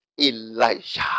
Elijah